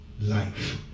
life